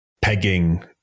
pegging